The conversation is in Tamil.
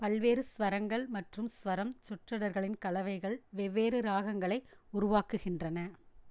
பல்வேறு ஸ்வரங்கள் மற்றும் ஸ்வரம் சொற்றொடர்களின் கலவைகள் வெவ்வேறு ராகங்களை உருவாக்குகின்றன